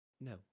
No